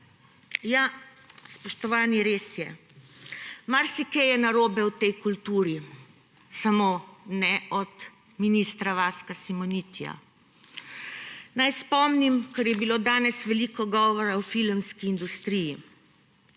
Ja, spoštovani, res je. Marsikaj je narobe v tej kulturi, samo ne od ministra Vaska Simonitija. Naj spomnim, ker je bilo danes veliko govora o filmski industriji.